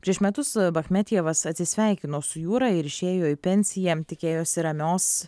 prieš metus bachmetjevas atsisveikino su jūra ir išėjo į pensiją tikėjosi ramios